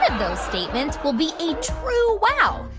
those statements will be a true wow.